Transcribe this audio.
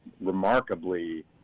remarkably